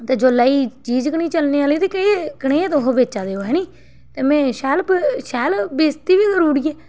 ते जोल्लै एह चीज गै नी चलने आह्ली ते केह् कनेह् तस बेचा दे ओ हैनी ते में शैल शैल बेस्ती बी करुड़ी ऐ